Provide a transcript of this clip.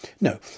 No